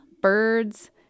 birds